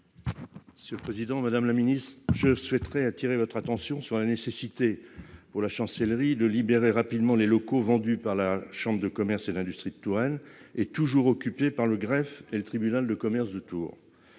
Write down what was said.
de la justice. Madame la garde des sceaux, j'appelle votre attention sur la nécessité, pour la Chancellerie, de libérer rapidement les locaux vendus par la chambre de commerce et d'industrie de Touraine et toujours occupés par le greffe et le tribunal de commerce de Tours.